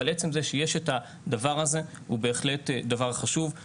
אבל עצם זה שיש את הדבר הזה, הוא בהחלט דבר חשוב.